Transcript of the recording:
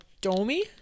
Domi